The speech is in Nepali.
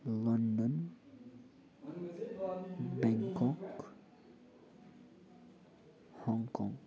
London Bangkok Hong Kong